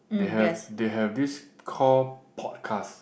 they have they have this called podcast